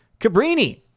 Cabrini